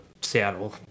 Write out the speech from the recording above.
Seattle